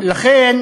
ולכן